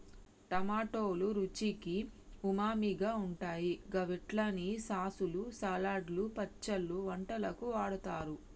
టమాటోలు రుచికి ఉమామిగా ఉంటాయి గవిట్లని సాసులు, సలాడ్లు, పచ్చళ్లు, వంటలకు వాడుతరు